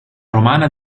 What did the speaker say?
romana